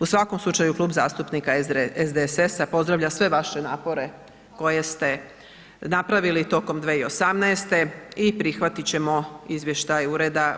U svakom slučaju Klub zastupnika SDSS-a pozdravlja sve vaše napore koje ste napravili tijekom 2018. i prihvatit ćemo izvještaj